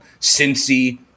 Cincy